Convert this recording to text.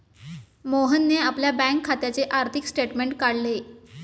मोहनने आपल्या बँक खात्याचे आर्थिक स्टेटमेंट काढले